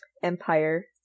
empire